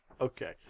Okay